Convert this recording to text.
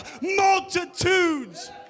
multitudes